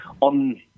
on